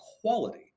quality